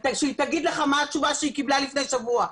שהיא תגיד לך מה התשובה שהיא קיבלה לפני שבוע.